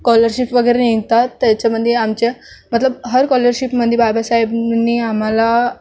scholarship वगैरे निघतात त्याच्यामध्ये आमच्या मतलब हर कॉलरशीपमध्ये बाबासाहेबांनी आम्हाला